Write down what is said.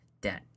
debt